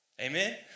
Amen